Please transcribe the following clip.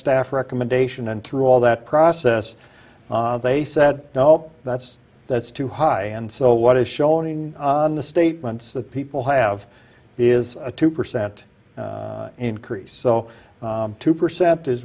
staff recommendation and through all that process they said no that's that's too high and so what is showing on the statements that people have is a two percent increase so two perce